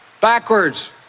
Backwards